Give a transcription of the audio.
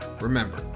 remember